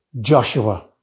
Joshua